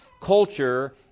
culture